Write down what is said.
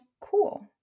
cool